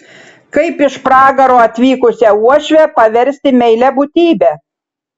kaip iš pragaro atvykusią uošvę paversti meilia būtybe